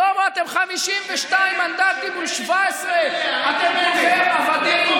שלמה, אתם 52 מנדטים מול 17. איפה בנט?